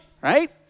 right